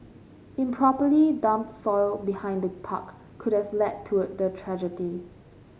improperly dumped soil behind the park could have led to the tragedy